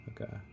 Okay